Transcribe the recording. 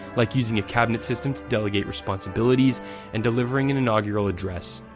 like using a cabinet system to delegate responsibilities and delivering an inaugural address.